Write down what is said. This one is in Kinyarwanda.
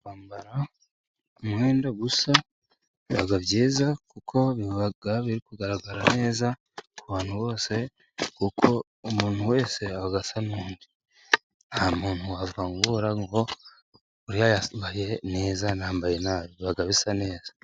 Kwambara umwenda usa biba byiza kuko biba biri kugaragara neza, ku bantu bose kuko umuntu wese aba asa n'undi. Nta muntu wavangura ngo uriya yambaye neza nambaye na bi biba bisa neza.